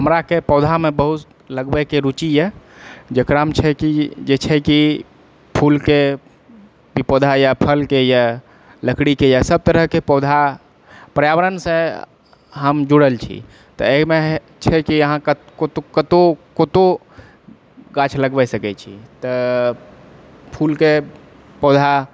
हमराकेँ पौधामे बहुत लगबैके रुचि यऽ जकरामे छै कि जे छै कि फूलके पौधा या फलके यऽ लकड़ीके यऽ सभ तरहकेँ पौधा पर्यावरणसँ हम जुड़ल छी तऽ एहिमे छै कि अहाँ क कतहुँ कतहुँ कतहुँ गाछ लगबै सकैत छी तऽ फूलके पौधा